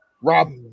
Rob